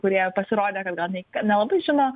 kurie pasirodė kad gal nelabai žino